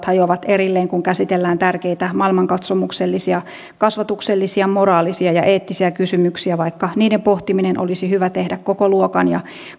hajoavat erilleen kun käsitellään tärkeitä maailmankatsomuksellisia kasvatuksellisia moraalisia ja eettisiä kysymyksiä vaikka niiden pohtiminen olisi hyvä tehdä koko luokan ja